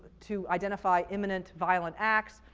to identify imminent violent acts.